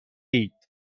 اید